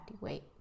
weight